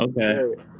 okay